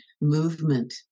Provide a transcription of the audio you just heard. movement